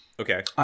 Okay